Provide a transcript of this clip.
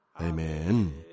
Amen